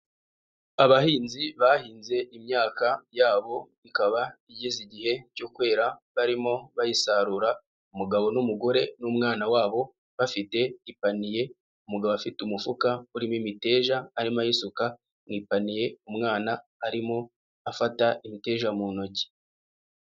Abahinzi bahinze imyaka yabo ikaba igeze igihe cyo kwera, barimo bayisarura, umugabo n'umugore n'umwana wabo bafite ipaniye, umugabo afite umufuka urimo imiteja arimo ayisuka mu ipaniye, umwana arimo afata imiteja mu ntoki.